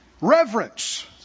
reverence